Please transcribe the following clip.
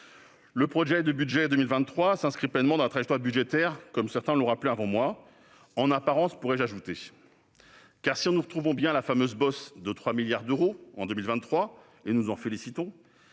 Le projet de budget pour 2023 s'inscrit pleinement dans la trajectoire budgétaire de la LPM ; en apparence, pourrais-je ajouter. Car si nous retrouvons la fameuse « bosse » de 3 milliards d'euros en 2023, et nous en félicitons,